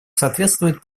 соответствует